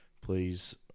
Please